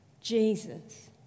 Jesus